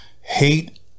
hate